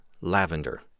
Lavender